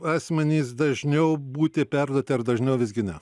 asmenys dažniau būti perduoti ar dažniau visgi ne